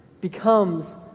becomes